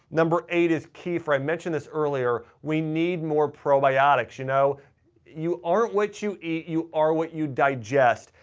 number eight is kefir, i mentioned this earlier, we need more probiotics. you know you are what you eat, you are what you digest.